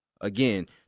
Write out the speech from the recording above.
Again